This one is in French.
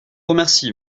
remercie